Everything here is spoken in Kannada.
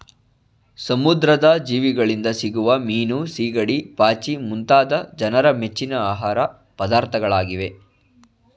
ಸಮುದ್ರದ ಜೀವಿಗಳಿಂದ ಸಿಗುವ ಮೀನು, ಸಿಗಡಿ, ಪಾಚಿ ಮುಂತಾದವು ಜನರ ಮೆಚ್ಚಿನ ಆಹಾರ ಪದಾರ್ಥಗಳಾಗಿವೆ